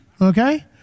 Okay